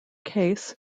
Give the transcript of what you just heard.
case